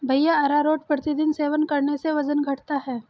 भैया अरारोट प्रतिदिन सेवन करने से वजन घटता है